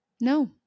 No